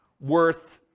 worth